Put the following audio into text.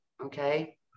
okay